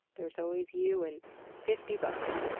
there's always you and fifty bugs.